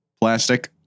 Plastic